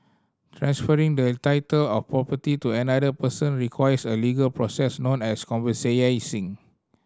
transferring the title of property to another person requires a legal process known as